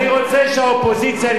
אני רוצה שהאופוזיציה,